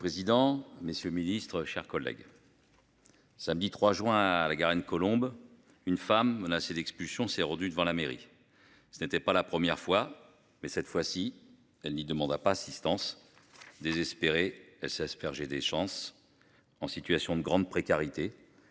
Monsieur le président. Messieurs Ministre, chers collègues. Samedi 3 juin à La Garenne Colombes. Une femme menacée d'expulsion s'est rendu devant la mairie. Ce n'était pas la première fois mais cette fois-ci elle nie demande pas assistance désespérée, elle s'est aspergée des chances en situation de grande précarité.